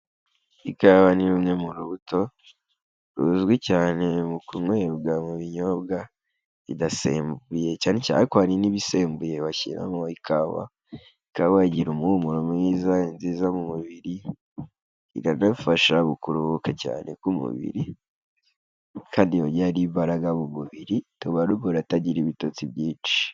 Ikawa ni imwe mu rubuto ruzwi cyane mu kunywebwa mu binyobwa, bidasembuye cyane cyane, ariko hari n'ibisembuye bashyiramo ikawa. Ikaba igira umuhumuro mwiza, ni nziza mu mubiri, iranafasha mu kuruhuka cyane ku mubiri, kandi yongera n'imbaraga mu mubiri, ituma n'umuntu atagira ibitotsi byinshi.